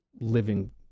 living